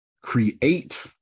create